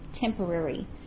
temporary